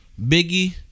Biggie